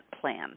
plan